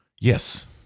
Yes